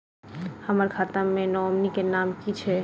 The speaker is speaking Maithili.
हम्मर खाता मे नॉमनी केँ नाम की छैय